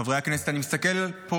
חברי הכנסת,